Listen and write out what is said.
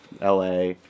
LA